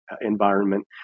environment